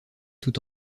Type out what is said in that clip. tout